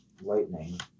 lightning